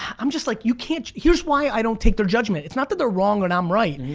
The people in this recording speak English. i'm just like you can't, here's why i don't take their judgment. it's not that they're wrong and i'm right,